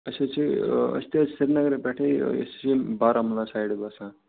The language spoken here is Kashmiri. أسۍ حظ چھِ أسۍ تہِ حظ چھِ سری نگرٕ پٮ۪ٹھٕے أسۍ چھِ بارہمولہ سایڈٕ بَسان